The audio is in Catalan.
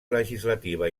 legislativa